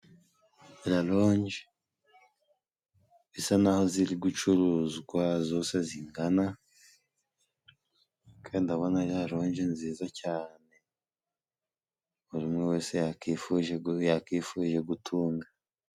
Raronje zisa n'aho ziri gucuruzwa, zose zingana kandi ndabona raronje nziza cyane, buri umwe wese yakwifuje gutunga.